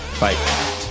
Bye